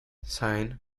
sine